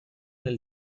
del